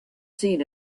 seen